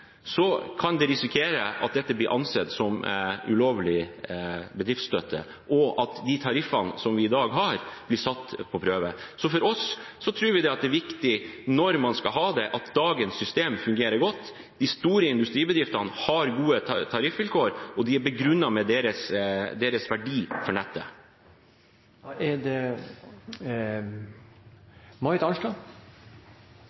kan man risikere at dette blir ansett som ulovlig bedriftsstøtte, og at de tariffene vi har i dag, blir satt på prøve. Vi tror det er viktig, når man skal ha det, at dagens system fungerer godt. De store industribedriftene har gode tariffvilkår, og de er begrunnet med verdien for nettet. Jeg vil først si at det er ganske historieløst å si at dette er en naturlig videreføring av energiloven fra 1990. Det er det